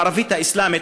הערבית-האסלאמית,